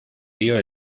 dio